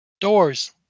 doors